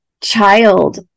child